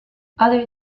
other